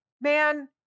Man